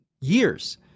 years